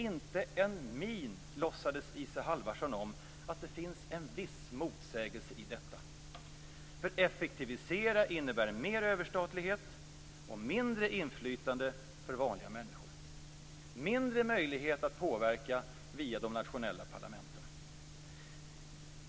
Inte med en min låtsades Isa Halvarsson om att det finns en viss motsägelse i detta. Men effektivisering innebär ju mer överstatlighet och mindre inflytande för vanliga människor - mindre möjligheter att påverka via de nationella parlamenten.